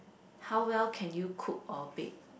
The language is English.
how well can you cook or bake